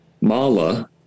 Mala